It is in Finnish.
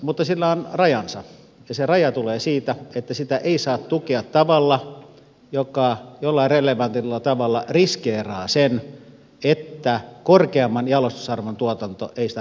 mutta sillä on rajansa ja se raja tulee siitä että sitä ei saa tukea tavalla joka jollain relevantilla tavalla riskeeraa sen että korkeamman jalostusarvon tuotanto ei sitä raaka ainetta saa